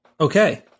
Okay